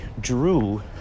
drew